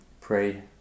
Pray